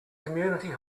community